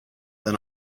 than